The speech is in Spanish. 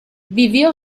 vivió